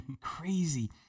Crazy